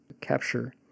capture